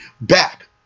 back